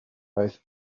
both